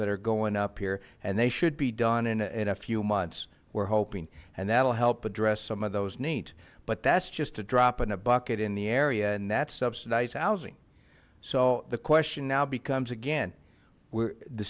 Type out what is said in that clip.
that are going up here and they should be done in a few months we're hoping and that'll help address some of those needs but that's just a drop in a bucket in the area and that subsidized housing so the question now becomes again where the